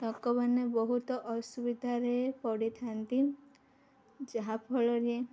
ଲୋକମାନେ ବହୁତ ଅସୁବିଧାରେ ପଡ଼ିଥାନ୍ତି ଯାହାଫଳରେ